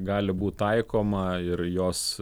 gali būt taikoma ir jos